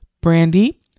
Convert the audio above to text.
Brandy